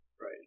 right